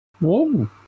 Whoa